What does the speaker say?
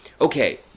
okay